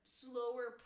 slower